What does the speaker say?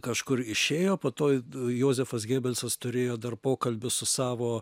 kažkur išėjo po to jozefas gėbelsas turėjo dar pokalbį su savo